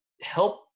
help